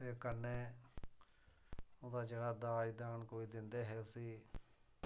ते कन्नै ओह्दा जेह्ड़ा दाज कोई दिंदे हे उसी